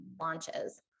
launches